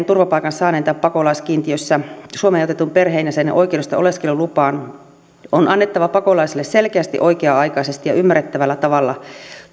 turvapaikan saaneen tai pakolaiskiintiössä suomeen otetun perheenjäsenen oikeudesta oleskelulupaan on annettava pakolaiselle selkeästi oikea aikaisesti ja ymmärrettävällä tavalla